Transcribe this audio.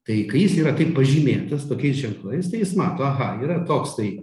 tai kai jis yra taip pažymėtas tokiais ženklais tai jis mato aha yra toks tai